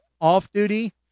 off-duty